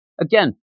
Again